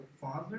Father